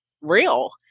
real